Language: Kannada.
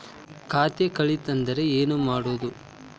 ಖಾತೆ ಕಳಿತ ಅಂದ್ರೆ ಏನು ಮಾಡೋದು?